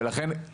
ולכן, לטעמנו,